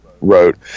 wrote